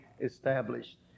established